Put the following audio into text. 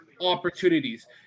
opportunities